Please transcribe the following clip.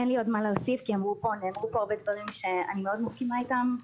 אין לי עוד מה להוסיף כי נאמרו פה הרבה דברים שאני מאוד מסכימה איתם.